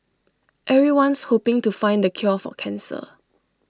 everyone's hoping to find the cure for cancer